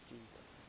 Jesus